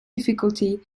difficulty